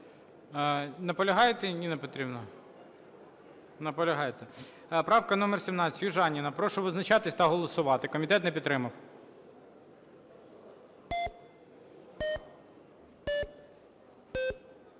Наполягаєте, Ніна Петрівна? Наполягаєте. Правка номер 17, Южаніна. Прошу визначатись та голосувати. Комітет не підтримав.